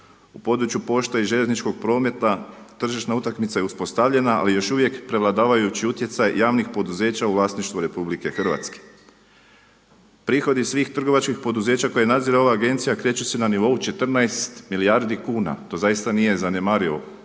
U području pošta i željezničkog prometa tržišna utakmica je uspostavljena, ali je još uvijek prevladavajući utjecaj javnih poduzeća u vlasništvu Republike Hrvatske. Prihodi svih trgovačkih poduzeća koje nadzire ova agencija kreću se na nivou 14 milijardi kuna. To zaista nije zanemarivo područje